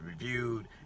reviewed